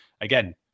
again